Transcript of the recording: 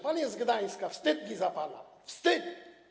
Pan jest z Gdańska, wstyd mi za pana, wstyd!